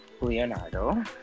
Leonardo